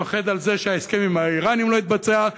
לפחד על זה שההסכם עם האיראנים לא יתבצע?